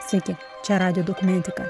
sveiki čia radijo dokumentika